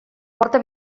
porta